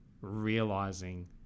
realizing